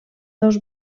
dos